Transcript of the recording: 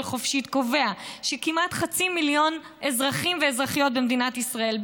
חופשית" כמעט חצי מיליון אזרחים ואזרחיות במדינת ישראל,